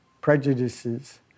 prejudices